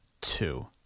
two